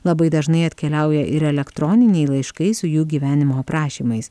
labai dažnai atkeliauja ir elektroniniai laiškai su jų gyvenimo aprašymais